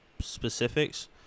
specifics